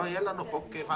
לא היה לנו חוק.